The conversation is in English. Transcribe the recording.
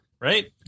right